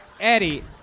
Eddie